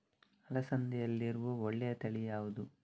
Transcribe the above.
ಅಲಸಂದೆಯಲ್ಲಿರುವ ಒಳ್ಳೆಯ ತಳಿ ಯಾವ್ದು?